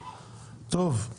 תודה.